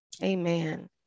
amen